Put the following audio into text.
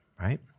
right